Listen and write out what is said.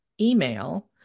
email